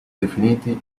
definiti